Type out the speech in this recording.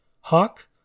hawk